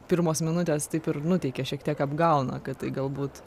pirmos minutės taip ir nuteikia šiek tiek apgauna kad tai galbūt